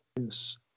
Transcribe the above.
Yes